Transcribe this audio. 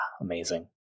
amazing